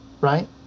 right